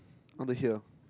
I want to hear